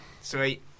Sweet